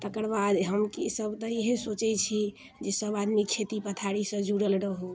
तकर बाद हम कि हमसभ तऽ इहे सोचैत छी जे सभ आदमी खेती पथारीसँ जुड़ल रहुँ